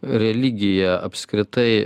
religija apskritai